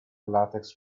latex